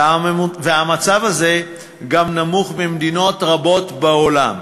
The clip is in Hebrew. והמצב הזה גם נמוך לעומת מדינות רבות בעולם.